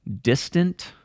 distant